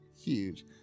huge